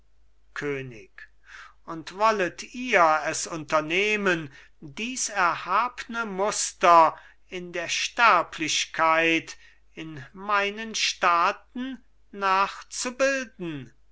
könig und wollet ihr es unternehmen dies erhabne muster in der sterblichkeit in meinen staaten